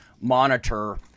monitor